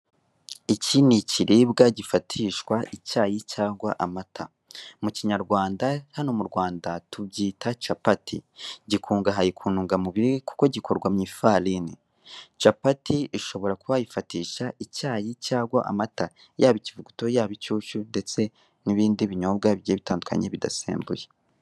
Iki ni ikiribwa gifatishwa icyayi cyangwa amata; mu Kinyarwanda, hano mu Rwanda tubyita capati. Gikungahaye ku ntungamubiri kuko gikorwa mu ifalini. Capati ushobora kuba wayifatisha icyayi cyangwa amata: yaba ikivuguto, yaba inshyushyu, ndetse n'ibindi binyobwa bigiye bitandukanye, bidasembuye.